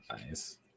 nice